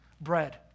bread